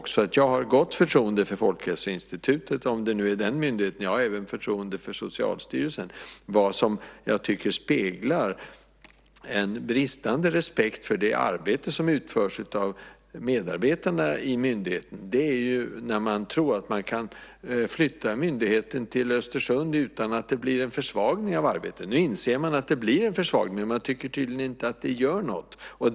Jag har ett gott förtroende för Folkhälsoinstitutet, om det är den myndigheten. Jag har även förtroende för Socialstyrelsen. Vad jag tycker speglar en bristande respekt för det arbete som utförs av medarbetarna i myndigheterna är när man tror att man kan flytta myndigheten till Östersund utan att det blir en försvagning av arbetet. Nu inser man att det blir en försvagning, men man tycker tydligen inte att det gör något.